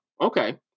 okay